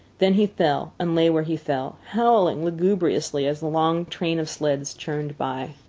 then he fell, and lay where he fell, howling lugubriously as the long train of sleds churned by.